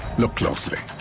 look closely.